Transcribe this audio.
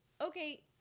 okay